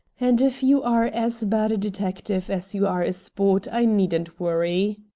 and if you are as bad a detective as you are a sport i needn't worry.